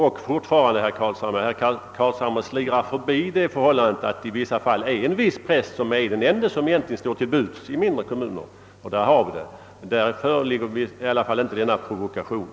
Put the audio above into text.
Herr Carlshamre slingrar sig emellertid fortfarande förbi det förhållandet, att i de flesta fall i mindre kommuner endast en viss präst står till buds. Där kan det alltså inte vara fråga om provokation.